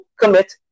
commit